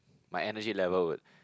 my energy level would